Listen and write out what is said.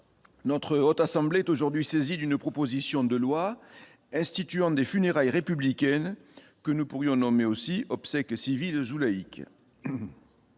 notre Haute assemblée aujourd'hui saisie d'une proposition de loi instituant des funérailles républicaine que nous pourrions nommer aussi obsèques civiles eux